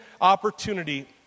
opportunity